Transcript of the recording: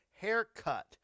Haircut